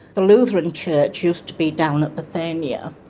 the lutheran church used to be down at bethania,